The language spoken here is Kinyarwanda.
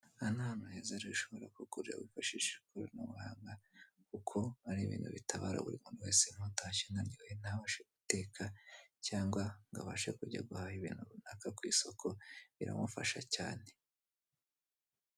Aha ni ahantu heze rero ushobora kugura ukoresheje ikoranabuhanga, kuko ari ibintu bitabara buri muntu wese n'utashye unaniwe ntabashe guteka cyangwa ngo abashe kujya guhaha ibintu runaka ku isoko, biramufasha cyane.